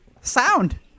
sound